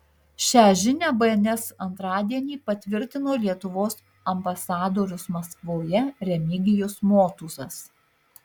šią žinią bns antradienį patvirtino lietuvos ambasadorius maskvoje remigijus motuzas